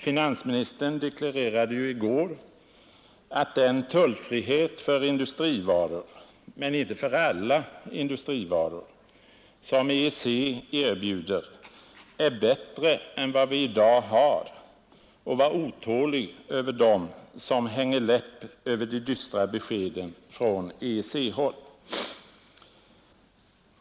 Finansministern deklarerade ju i går att den tullfrihet för industrivaror — men inte för alla industrivaror — som EEC erbjuder ”är bättre än vad vi i dag har” och var otålig över dem som ”hänger läpp” över de dystra beskeden från EEC-håll.